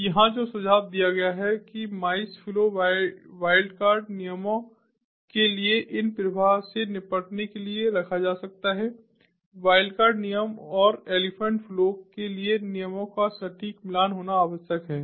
तो यहाँ जो सुझाव दिया गया है कि माइस फ्लो वाइल्डकार्ड नियमों के लिए इन प्रवाह से निपटने के लिए रखा जा सकता है वाइल्डकार्ड नियम और एलीफैंट फ्लो के लिए नियमों का सटीक मिलान होना आवश्यक है